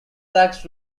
sax